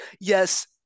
yes